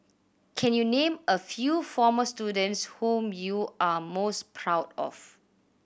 can you name a few former students whom you are most proud of